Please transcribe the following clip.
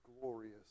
glorious